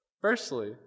Firstly